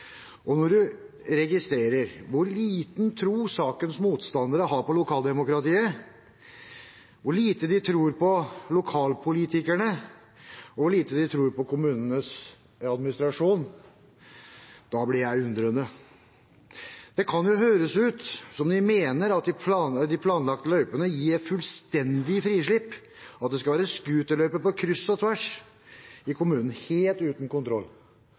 og jeg har lest medieoppslagene. Når jeg registrerer hvor liten tro sakens motstandere har på lokaldemokratiet, hvor lite de tror på lokalpolitikerne, og hvor lite de tror på kommunenes administrasjon, blir jeg undrende. Det kan høres ut som om de mener at de planlagte løypene gir et fullstendig frislipp, og at det skal være scooterløyper på kryss og tvers i kommunene, helt uten kontroll.